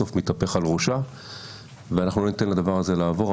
בסוף מתהפך על ראשה ואנחנו לא ניתן לדבר הזה לעבור.